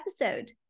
episode